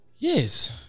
Yes